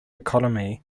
economy